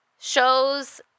shows